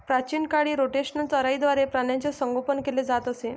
प्राचीन काळी रोटेशनल चराईद्वारे प्राण्यांचे संगोपन केले जात असे